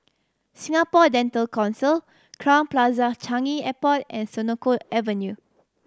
Singapore Dental Council Crowne Plaza Changi Airport and Senoko Avenue